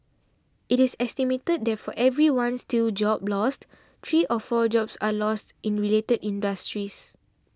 it is estimated that for every one steel job lost three or four jobs are lost in related industries